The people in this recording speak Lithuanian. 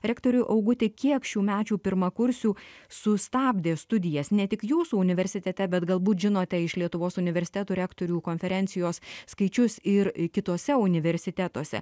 rektoriau auguti kiek šiųmečių pirmakursių sustabdė studijas ne tik jūsų universitete bet galbūt žinote iš lietuvos universitetų rektorių konferencijos skaičius ir kituose universitetuose